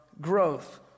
growth